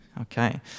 Okay